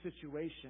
situation